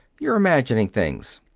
you're imagining things.